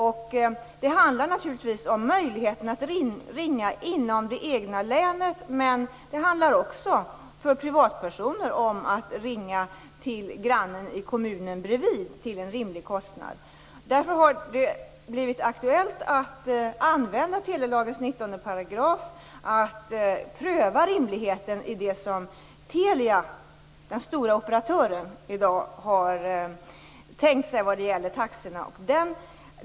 Det hela handlar om möjligheterna att ringa inom det egna länet men också för privatpersoner att kunna ringa till grannen i kommunen bredvid till en rimlig kostnad. Därför har det blivit aktuellt att tillämpa 19 § telelagen att pröva rimligheten i det som Telia - den i dag stora operatören - har tänkt sig i fråga om taxorna.